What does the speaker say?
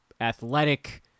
athletic